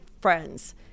friends